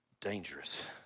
dangerous